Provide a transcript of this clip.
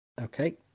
Okay